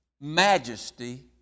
Majesty